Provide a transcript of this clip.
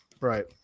Right